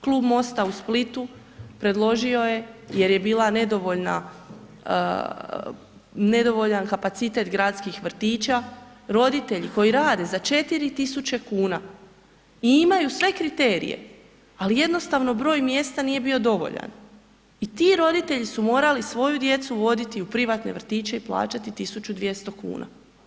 Klub Mosta u Splitu predložio je jer je bila nedovoljan kapacitet gradskih vrtića, roditelji koji rade za 4 tisuće kuna i imaju sve kriterije, ali jednostavno, broj mjesta nije bio dovoljan i ti roditelji su morali svoju djecu voditi u privatne vrtiće i plaćati 1200 kuna.